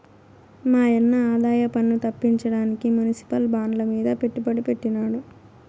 మాయన్న ఆదాయపన్ను తప్పించడానికి మునిసిపల్ బాండ్లమీద పెట్టుబడి పెట్టినాడు